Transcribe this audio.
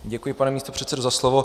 Děkuji, pane místopředsedo, za slovo.